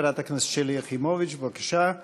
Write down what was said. חברת הכנסת שלי יחימוביץ, בבקשה.